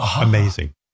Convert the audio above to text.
amazing